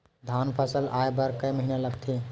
धान फसल आय बर कय महिना लगथे?